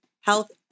health